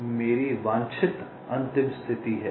तो यह मेरी वांछित अंतिम स्थिति है